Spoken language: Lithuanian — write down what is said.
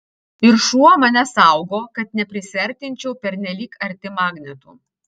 ir šuo mane saugo kad neprisiartinčiau pernelyg arti magnetų